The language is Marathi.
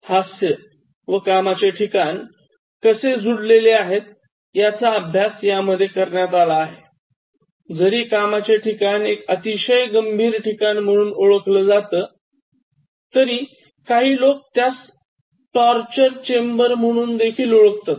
हास्य व कामाचे ठिकाण कसे जुडलेले आहे याचा अभ्यास यामधे करण्यात आला आहे जरी कामाचे ठिकाण एक अतिशय गंभीर ठिकाण म्हणून ओळखलं जातेकाही लोक त्यास टॉर्चर चेंबर म्हणून देखील ओळखतात